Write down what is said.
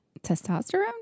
Testosterone